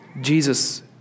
Jesus